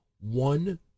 One